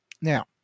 Now